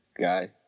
guy